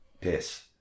piss